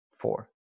four